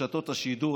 רשתות השידור.